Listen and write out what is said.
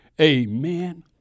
Amen